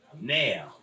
Now